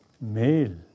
male